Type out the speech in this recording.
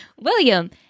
William